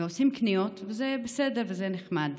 זה בסדר וזה נחמד,